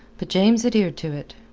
but james adhered to it.